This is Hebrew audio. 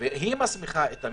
והיא מסמיכה את הממשלה.